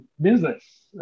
business